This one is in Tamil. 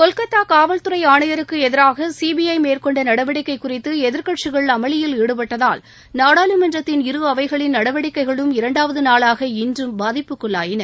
கொல்கத்தா காவல்துறை ஆணையருக்கு எதிராக சிபிஐ மேற்கொண்ட நடவடிக்கை குறித்து எதிர்க்கட்சிகள் அமளியில் ஈடுபட்டதால் நாடாளுமன்றத்தின் இரு அவைகளின் நடவடிக்கைகளும் இரண்டாவது நாளாக இன்றும் பாதிப்புக்குள்ளாயின